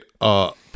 up